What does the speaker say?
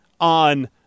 on